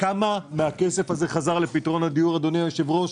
כמה מהכסף הזה חזר לפתרון הדיור אדוני היושב ראש?